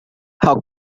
how